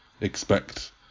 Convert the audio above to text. expect